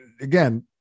again